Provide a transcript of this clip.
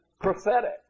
prophetic